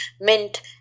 Mint